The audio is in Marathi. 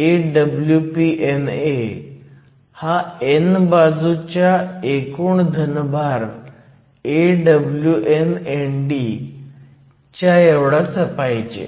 A Wp NA हा n बाजूच्या एकूण धन भार AWnND च्या एवढाच पाहिजे